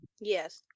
Yes